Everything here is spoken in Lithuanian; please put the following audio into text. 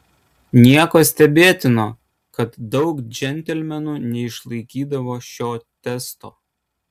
nieko stebėtino kad daug džentelmenų neišlaikydavo šio testo